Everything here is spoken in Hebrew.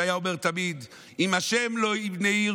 שהיה אומר תמיד: אם השם לא יבנה עיר,